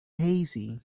hazy